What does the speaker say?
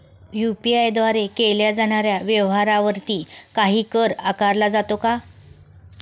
UPI द्वारे केल्या जाणाऱ्या व्यवहारावरती काही कर आकारला जातो का?